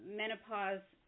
menopause